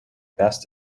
best